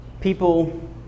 people